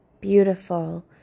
beautiful